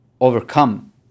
overcome